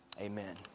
Amen